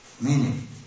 meaning